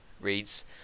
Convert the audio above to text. reads